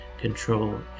control